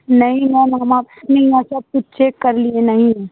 نہیں میم ہم اپنے یہاں سب کچھ چیک کر لیے نہیں ہیں